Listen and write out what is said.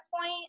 point